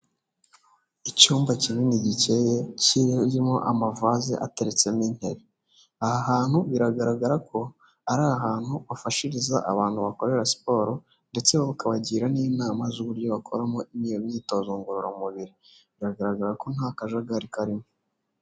Icyumba kinini gikeye kirimo amavase ateretsemo intebe. Aha hantu biragaragara ko ari ahantu bafashiriza abantu bakorera siporo, ndetse bakabagira n'inama z'uburyo bakoramo iyo myitozo ngororamubiri, biragaragara ko nta kajagari karimo.